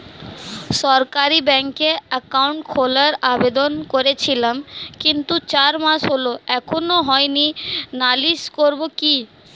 সরকারি ব্যাংকে একাউন্ট খোলার আবেদন করেছিলাম কিন্তু চার মাস হল এখনো হয়নি নালিশ করব কি?